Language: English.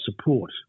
support